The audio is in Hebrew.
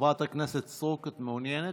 חברת הכנסת סטרוק, את מעוניינת?